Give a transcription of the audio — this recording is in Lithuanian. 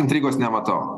intrigos nematau